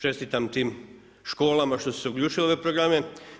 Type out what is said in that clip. Čestitam tim školama što su se uključili u ove programe.